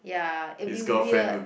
ya it'll be weird